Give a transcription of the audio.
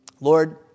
Lord